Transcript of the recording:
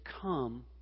come